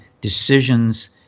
decisions